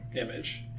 image